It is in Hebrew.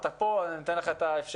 אתה פה ואני נותן לך את האפשרות.